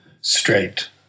straight